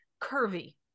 curvy